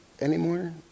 anymore